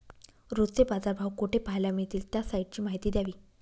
रोजचे बाजारभाव कोठे पहायला मिळतील? त्या साईटची माहिती द्यावी